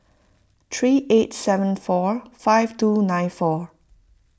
three eight seven four five two nine four